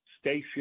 station